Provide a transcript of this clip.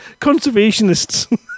Conservationists